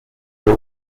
were